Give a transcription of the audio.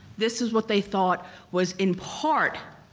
this is what they thought was in part